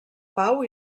pau